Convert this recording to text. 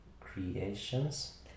creations